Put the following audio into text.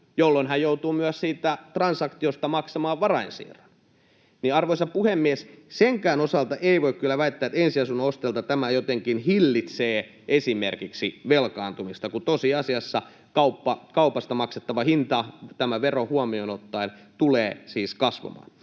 jolloin hän joutuu myös siitä transaktiosta maksamaan varainsiirron. Joten, arvoisa puhemies, senkään osalta ei voi kyllä väittää, että ensiasunnon ostajalta tämä jotenkin hillitsee esimerkiksi velkaantumista, kun tosiasiassa kaupasta maksettava hinta, tämä vero huomioon ottaen, tulee siis kasvamaan.